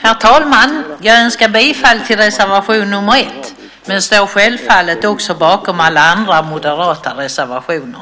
Herr talman! Jag yrkar bifall till reservation nr 1 men står självfallet också bakom alla andra moderata reservationer.